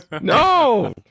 No